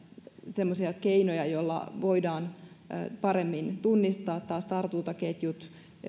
semmoisia keinoja joilla voidaan taas paremmin tunnistaa tartuntaketjut